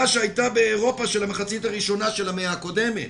שהייתה באירופה של המחצית הראשונה של המאה הקודמת,